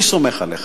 אני סומך עליך.